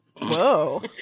whoa